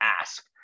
ask